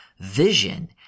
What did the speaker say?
vision